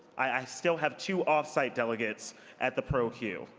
i still have two off-site delegates at the pro cue.